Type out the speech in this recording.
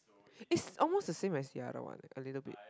it's almost the same as the other one a little bit